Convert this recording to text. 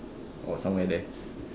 or somewhere there